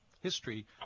history